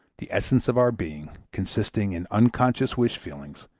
the essence of our being, consisting in unconscious wish feelings,